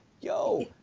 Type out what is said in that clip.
Yo